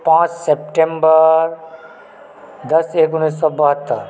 पांच सितम्बर दस एक उन्नैस सए बहत्तरि